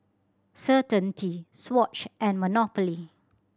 Certainty Swatch and Monopoly